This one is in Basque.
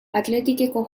athleticeko